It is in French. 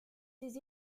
des